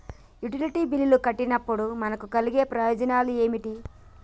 Utility బిల్లులు కట్టినప్పుడు మనకు కలిగే ప్రయోజనాలు ఏమిటి?